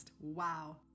Wow